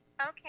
Okay